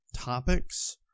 Topics